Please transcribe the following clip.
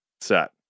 set